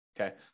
Okay